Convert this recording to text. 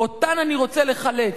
אותן אני רוצה לחלץ.